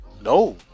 No